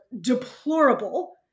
deplorable